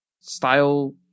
style